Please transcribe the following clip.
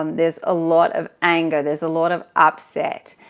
um there's a lot of anger. there's a lot of upset.